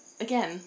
Again